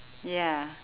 ya